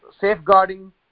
safeguarding